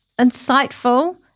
insightful